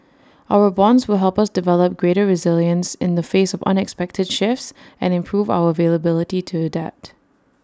our bonds will help us develop greater resilience in the face of unexpected shifts and improve our availability to adapt